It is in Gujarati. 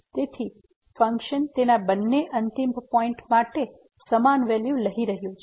તેથી ફંક્શન તેના બંને અંતિમ પોઈન્ટ ઓ માટે સમાન વેલ્યુ લઈ રહ્યું છે